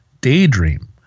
daydream